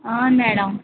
madam